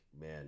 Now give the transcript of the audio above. man